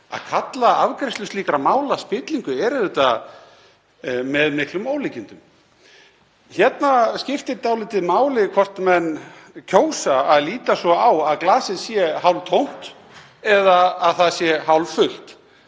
Að kalla afgreiðslu slíkra mála spillingu er auðvitað með miklum ólíkindum. Hérna skiptir dálítið máli hvort menn kjósa að líta svo á að glasið sé hálftómt eða að það sé hálffullt.